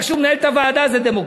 איך שהוא מנהל את הוועדה זה דמוקרטיה.